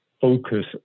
focus